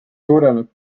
suureneb